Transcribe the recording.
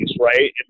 right